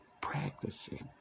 practicing